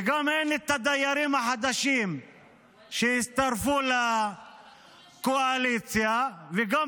וגם אין את הדיירים החדשים שהצטרפו לקואליציה -- ווליד,